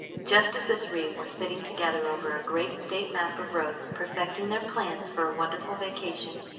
just as the three were sitting together over a great state map of roads, perfecting their plans for a wonderful vacation,